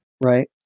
Right